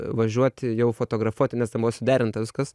važiuoti jau fotografuoti nes ten buvo suderinta viskas